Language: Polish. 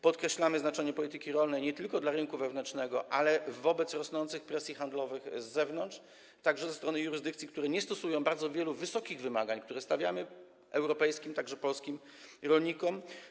Podkreślamy znaczenie polityki rolnej nie tylko dla rynku wewnętrznego, w obliczu rosnących presji handlowych z zewnątrz, także ze strony jurysdykcji, które nie stosują bardzo wielu wysokich wymagań, które stawiamy europejskim, a także polskim rolnikom.